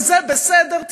וזה בסדר,